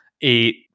eight